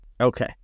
Okay